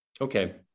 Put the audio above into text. Okay